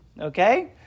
Okay